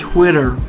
Twitter